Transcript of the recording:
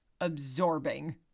absorbing